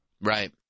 Right